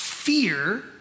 Fear